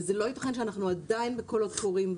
וזה לא ייתכן שאנחנו עדיין בקולות קוראים.